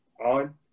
on